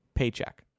paycheck